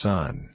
Son